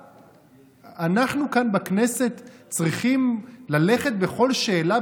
אנחנו כאן בכנסת צריכים ללכת בכל שאלה,